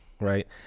right